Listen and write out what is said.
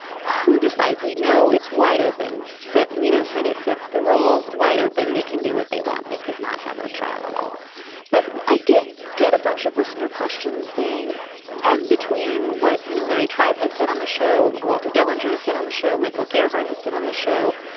who decide. we know it's wide open set. and you know, senate sets the rules wide open. they can do what they want. they could not have a trial at all but i did get a bunch of listener questions, seeing as between what, you know, larry tribe had said on the show. walter dellinger said on the show. michael gearhart has said on the show.